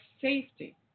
safety